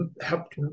helped